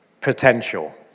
potential